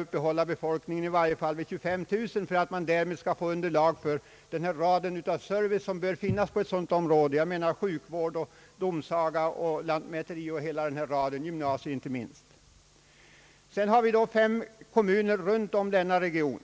uppehålla befolkningen i varje fall vid 25 000 för att man skall få underlag för den rad av serviceanläggningar, som skall finnas på ett sådant område — sjukvård, domsaga, lantmäteri, gymnasium etc. Så har vi fyra kommuner runt omkring centralorten i denna region.